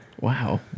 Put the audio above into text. wow